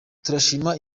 turashima